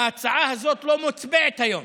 ההצעה הזאת לא מוצבעת היום.